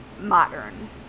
modern